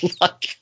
luck